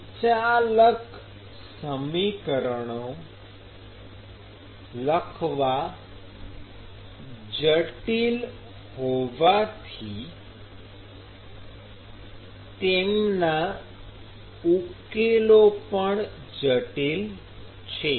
સંચાલક સમીકરણો લખવા જટિલ હોવાથી તેમના ઉકેલો પણ જટિલ છે